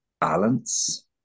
balance